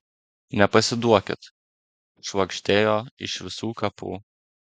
nepasiduokit švagždėjo iš visų kapų